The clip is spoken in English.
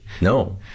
No